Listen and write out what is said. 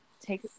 take